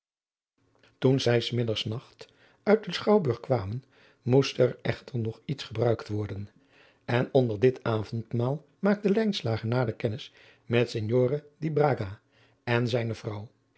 toen zij s middernachts uit den schouwburg kwamen moest er echter nog iets gebruikt worden en onder dit avondmaal maakte lijnslager nader kennis met signore di braga en zijne vrouw